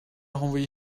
renvoyer